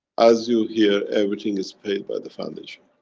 as you hear, everything is paid by the foundation.